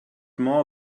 more